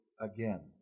again